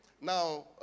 Now